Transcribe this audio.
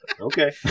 Okay